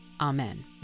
Amen